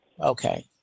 Okay